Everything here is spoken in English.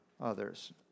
others